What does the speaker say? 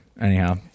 anyhow